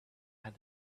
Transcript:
had